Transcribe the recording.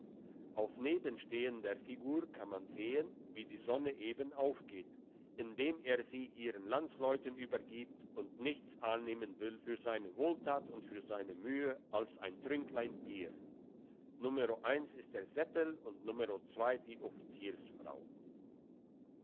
auf nebenstehender figur kann man sehen wie die sonne eben aufgeht indem er sie ihren landsleuten übergibt und nichts annehmen will für seine wohltat und für seine mühe als ein trünklein bier nro ist der seppel und nro die